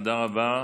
תודה רבה.